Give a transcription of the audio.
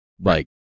right